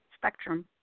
spectrum